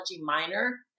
minor